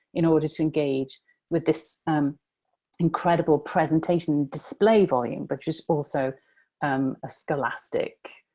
in order to engage with this incredible presentation display volume, which is also um a scholastic.